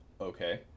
Okay